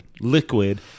liquid